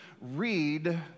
read